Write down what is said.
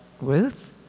Ruth